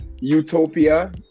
Utopia